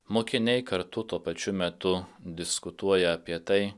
mokiniai kartu tuo pačiu metu diskutuoja apie tai